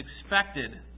expected